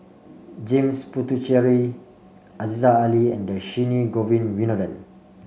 James Puthucheary Aziza Ali and Dhershini Govin Winodan